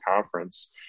conference